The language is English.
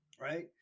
Right